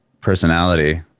personality